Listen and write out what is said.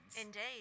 Indeed